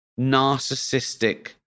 narcissistic